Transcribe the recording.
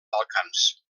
balcans